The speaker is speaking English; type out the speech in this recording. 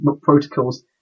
protocols